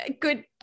good